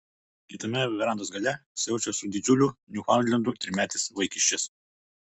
kitame verandos gale siaučia su didžiuliu niufaundlendu trimetis vaikiščias